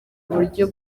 uburyo